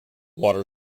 water